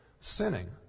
sinning